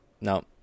No